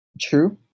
True